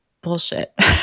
bullshit